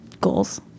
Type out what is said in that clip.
Goals